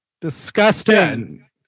Disgusting